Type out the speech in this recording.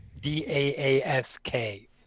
D-A-A-S-K